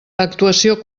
actuació